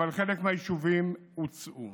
אבל חלק מהיישובים הוצאו.